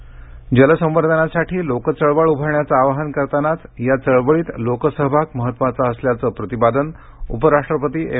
उपराष्ट्पती जलसंवर्धनासाठी लोक चळवळ उभारण्याचं आवाहन करतानाच या चळवळीत लोकसहभाग महत्त्वाचा असल्याचं प्रतिपादन उपराष्ट्रपती एम